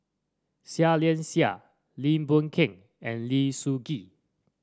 Seah Liang Seah Lim Boon Keng and Lim Sun Gee